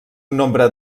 nombre